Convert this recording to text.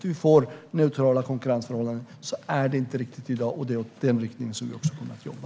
Det ska vara neutrala konkurrensförhållanden. Så är det inte riktigt i dag. Det är i den riktningen vi kommer att jobba.